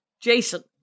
Jason